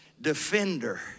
defender